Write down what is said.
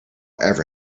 ever